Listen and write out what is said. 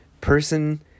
person